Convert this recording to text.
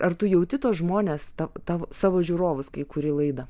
ar tu jauti tuos žmones tavo tavo savo žiūrovus kai kuri laidą